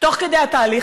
תוך כדי התהליך,